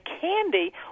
candy